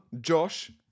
Josh